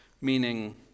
meaning